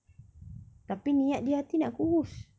tapi niat di hati nak kurus